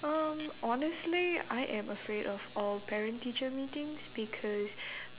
um honestly I am afraid of all parent teacher meetings because